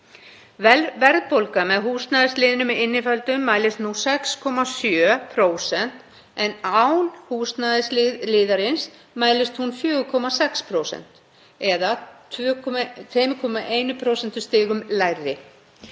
Verðbólga með húsnæðisliðnum inniföldum mælist nú 6,7% en án húsnæðisliðarins mælist hún 4,6% eða 2,1 prósentustigi